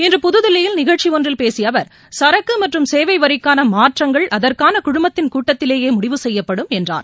இன்று புதுதில்லியில் நிகழ்ச்சிஒன்றில் பேசியஅவர் சரக்குமற்றும் சேவைவரிக்கானமாற்றங்கள் அதற்கானகுழுமத்தின் கூட்டத்திலேயேமுடிவு செய்யப்படும் என்றார்